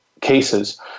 cases